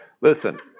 Listen